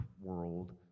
world